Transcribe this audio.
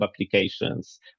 applications